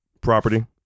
property